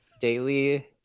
daily